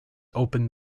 opened